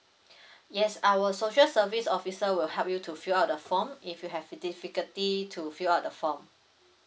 yes our social service officer will help you to fill up the form if you have difficulty to fill up the form